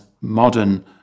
modern